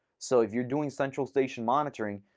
so if you're doing central station monitoring,